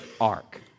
ark